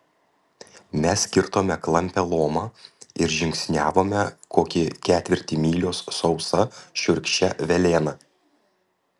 mes kirtome klampią lomą ir žingsniavome kokį ketvirtį mylios sausa šiurkščia velėna